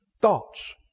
thoughts